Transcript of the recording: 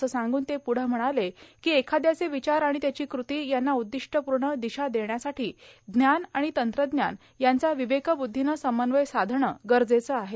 असं सांगून ते पुढं म्हणाले की एखाद्याचे विचार आणि त्याची कती यांना उद्दिष्टपूर्ण दिशा देण्यासाठी ज्ञान आणि तंत्रज्ञान यांचा विवेकबध्दीनं समन्वय साधणं गरजेचं आहे